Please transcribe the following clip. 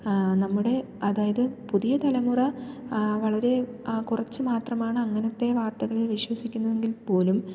നമ്മുടെ അതായത് പുതിയ തലമുറ വളരെ കുറച്ച് മാത്രമാണ് അങ്ങനത്തെ വാർത്തകളിൽ വിശ്വസിക്കുന്നതെങ്കിൽ പോലും